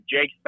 Jake